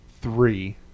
three